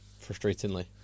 frustratingly